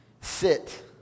sit